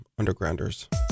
Undergrounders